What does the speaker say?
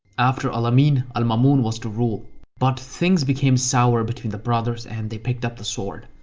after al-amin, al-mamun was to rule but things became sour between the brothers and they picked up the sword.